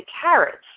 carrots